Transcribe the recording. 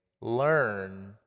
learn